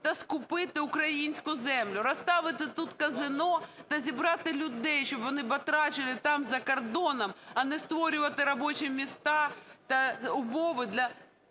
та скупити українську землю, розставити тут казино та зібрати людей, щоб вони батрачили там, за кордоном, а не створювати робочі місця та умови для